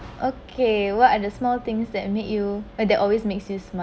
okay what are the small things that make you that always makes you smile